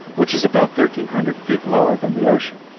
which is about thirteen hundred feet lower than the ocean.